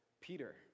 Peter